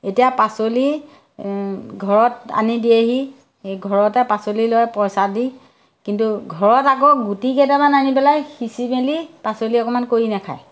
এতিয়া পাচলি ঘৰত আনি দিয়েহি সেই ঘৰতে পাচলি লয় পইচা দি কিন্তু ঘৰত আকৌ গুটি কেইটামান আনি পেলাই সিঁচি মেলি পাচলি অকমান কৰি নেখায়